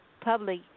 public